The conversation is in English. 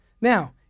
Now